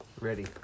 Ready